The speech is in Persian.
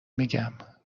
میگم